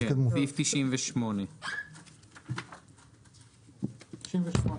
כן, סעיף 98. "98.